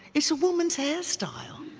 it's a woman's hair style